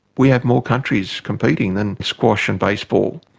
we have more countries competing than squash and baseball.